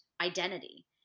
identity